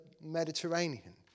Mediterranean